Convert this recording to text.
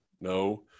No